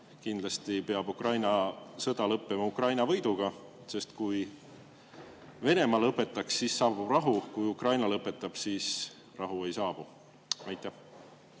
Kindlasti peab Ukraina sõda lõppema Ukraina võiduga, sest kui Venemaa lõpetaks, siis saabuks rahu, kui Ukraina lõpetaks, siis rahu ei saabuks.